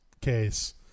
case